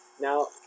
Now